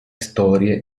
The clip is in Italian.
storie